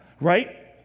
Right